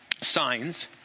signs